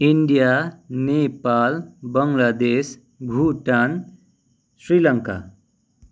India Nepal Bangladesh Bhutan Sri Lanka